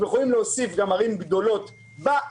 אתם יכולים להוסיף גם ערים גדולות בשטח